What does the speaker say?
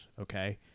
Okay